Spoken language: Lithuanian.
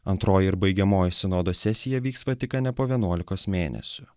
antroji ir baigiamoji sinodo sesija vyks vatikane po vienuolikos mėnesių